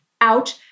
ouch